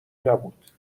نبود